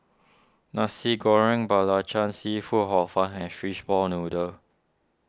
Nasi Goreng Belacan Seafood Hor Fun and Fishball Noodle